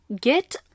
Get